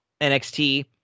NXT